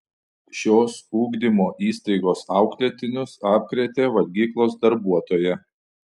šios ugdymo įstaigos auklėtinius apkrėtė valgyklos darbuotoja